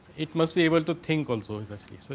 it must be able to think also essentially. so